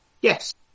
Yes